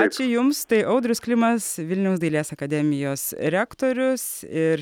ačiū jums tai audrius klimas vilniaus dailės akademijos rektorius ir